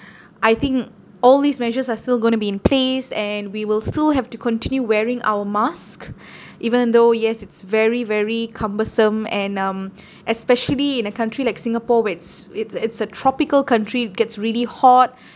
I think all these measures are still going to be in place and we will still have to continue wearing our masks even though yes it's very very cumbersome and um especially in a country like singapore where it's it's it's a tropical country it gets really hot